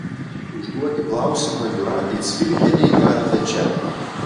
užduoti klausimą jūratei cvilikienei galite čia